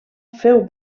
féu